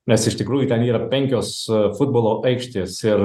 nes iš tikrųjų ten yra penkios futbolo aikštės ir